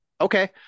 Okay